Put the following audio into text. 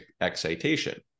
excitation